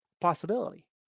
possibility